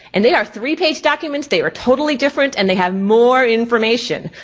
and they are three page documents, they are totally different and they have more information.